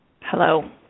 Hello